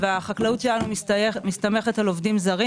והחקלאות שלנו מסתמכת על עובדים זרים.